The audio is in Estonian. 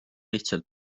lihtsalt